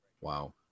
Wow